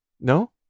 No